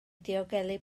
diogelu